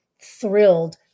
thrilled